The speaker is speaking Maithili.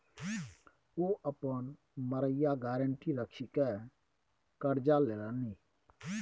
ओ अपन मड़ैया गारंटी राखिकए करजा लेलनि